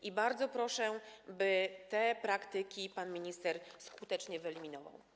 I bardzo proszę, by te praktyki pan minister skutecznie wyeliminował.